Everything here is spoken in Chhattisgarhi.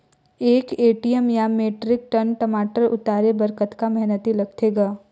एक एम.टी या मीट्रिक टन टमाटर उतारे बर कतका मेहनती लगथे ग?